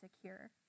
secure